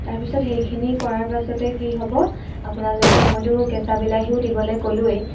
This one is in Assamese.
তাৰপিছত সেইখিনি কৰাৰ পাছতে কি হ'ব আপোনালোকে মইতো কেঁচা বিলাহীও দিবলৈ কলোঁৱেই